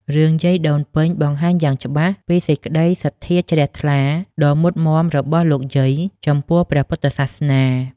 រឿងយាយដូនពេញបង្ហាញយ៉ាងច្បាស់ពីសេចក្តីសទ្ធាជ្រះថ្លាដ៏មុតមាំរបស់លោកយាយចំពោះព្រះពុទ្ធសាសនា។